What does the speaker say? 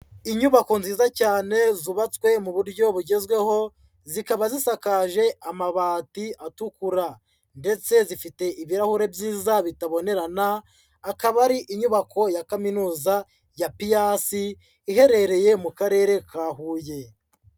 Inyubako nziza cyane zubatswe mu buryo bugezweho, zikaba zisakaje amabati atukura, ndetse zifite ibirahuri byiza bitabonerana, akaba ari inyubako ya kaminuza ya Piass iherereye mu karere ka Huye.